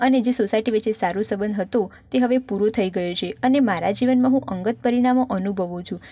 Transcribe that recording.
અને જે સોસાયટી વચ્ચે સારો સંબંધ હતો તે હવે પૂરો થઈ ગયો છે અને મારા જીવનમાં હું અંગત પરિણામો હું અનુભવું છું